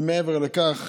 ומעבר לכך